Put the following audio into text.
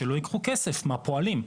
שלא ייקחו כסף מהפועלים,